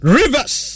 rivers